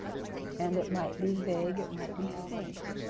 and it might be vague, it might be faint,